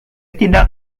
tidak